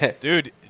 dude